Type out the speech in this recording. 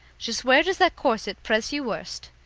just where does that corset press you worst?